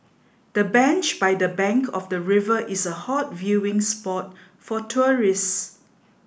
the bench by the bank of the river is a hot viewing spot for tourists